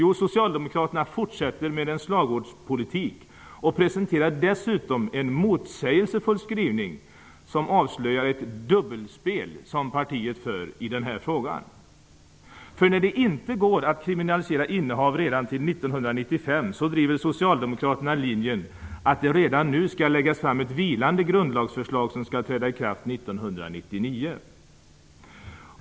Jo, socialdemokraterna fortsätter med sin slagordspolitik och presenterar dessutom en motsägelsefull skrivning som avslöjar det dubbelspel som partiet för i den här frågan. När det inte går att kriminalisera innehav redan till 1995 driver socialdemokraterna linjen att det redan nu skall läggas fram ett vilande grundlagsförslag som skall träda i kraft 1999.